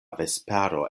vespero